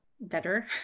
better